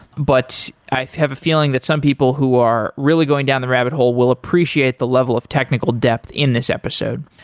but i have a feeling that some people who are really going down the rabbit hole will appreciate the level of technical depth in this episode.